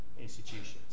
institutions